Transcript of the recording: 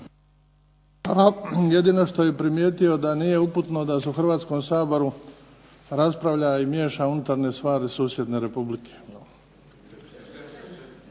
Jedino što bi primijetio da nije uputno da se u Hrvatskom saboru raspravlja i miješa unutarnje stvari susjedne Republike.